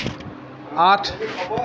আঠ